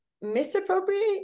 misappropriate